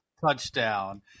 touchdown